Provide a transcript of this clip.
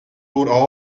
uhr